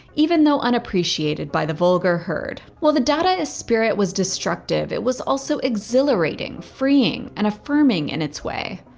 even though unappreciated by the vulgar herd. while the dadaist spirit was destructive, it was also exhilarating, freeing, and affirming in its way.